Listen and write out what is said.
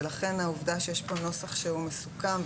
ולכן העובדה שיש פה נוסח שהוא מסוכם,